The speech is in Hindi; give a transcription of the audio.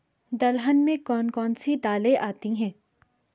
दलहन में कौन कौन सी दालें आती हैं?